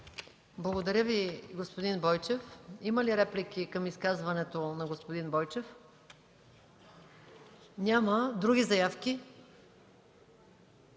Благодаря Ви, господин Бойчев. Има ли реплики към изказването на господин Бойчев? Няма. Има ли други заявки?